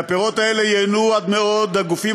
מהפירות האלה ייהנו עד מאוד הגופים